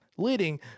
leading